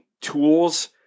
tools